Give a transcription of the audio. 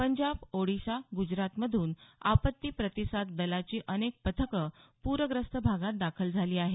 पंजाब ओडिसा गुजरातमधून आपत्ती प्रतिसाद दलाची अनेक पथक पूरग्रस्त भागात दाखल झाली आहेत